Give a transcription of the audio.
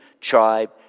tribe